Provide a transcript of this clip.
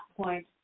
point